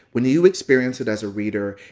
when you experience it as a reader,